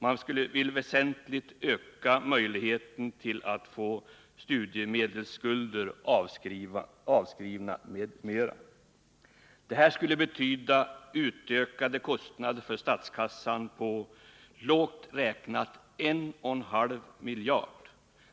Man vill väsentligt öka möjligheten att få studiemedelsskulder avskrivna, m.m. Detta skulle betyda utökade kostnader för statskassan på lågt räknat 1,5 miljarder.